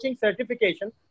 certification